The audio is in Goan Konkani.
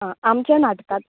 आं आमच्या नाटकांत